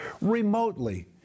remotely